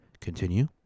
Continue